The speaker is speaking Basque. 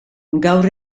gaur